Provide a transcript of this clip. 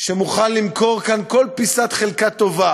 שהוא מוכן למכור כאן כל פיסת חלקה טובה